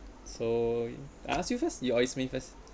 so I ask you first you always me first